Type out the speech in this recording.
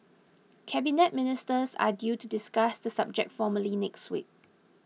Cabinet Ministers are due to discuss the subject formally next week